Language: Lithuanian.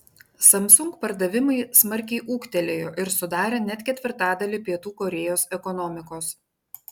samsung pardavimai smarkiai ūgtelėjo ir sudarė net ketvirtadalį pietų korėjos ekonomikos